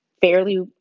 fairly